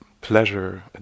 pleasure